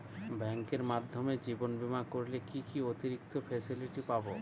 ব্যাংকের মাধ্যমে জীবন বীমা করলে কি কি অতিরিক্ত ফেসিলিটি পাব?